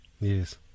yes